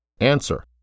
Answer